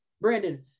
Brandon